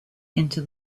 into